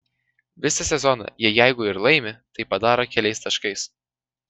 visą sezoną jie jeigu ir laimi tai padaro keliais taškais